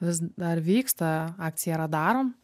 vis dar vyksta akcija radarom